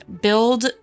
Build